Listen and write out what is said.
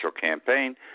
campaign